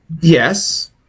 Yes